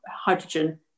hydrogen